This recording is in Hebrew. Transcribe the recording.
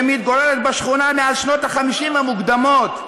שמתגוררת בשכונה מאז שנות ה-50 המוקדמות,